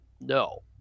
No